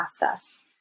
process